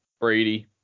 Brady